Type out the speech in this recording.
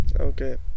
okay